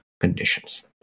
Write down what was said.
conditions